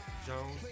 Jones